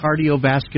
cardiovascular